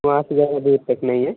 वहाँ से ज़्यादा देर तक नहीं है